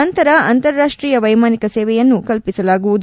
ನಂತರ ಅಂತಾರಾಷ್ಷೀಯ ವೈಮಾನಿಕ ಸೇವೆಯನ್ನು ಕಲ್ಲಿಸಲಾಗುವುದು